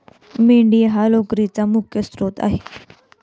मेंढी हा लोकरीचा मुख्य स्त्रोत आहे